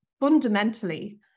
fundamentally